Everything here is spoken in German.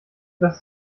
dass